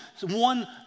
one